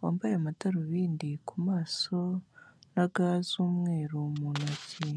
wambaye amadarubindi ku maso, na ga z'umweru mu ntoki.